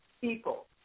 people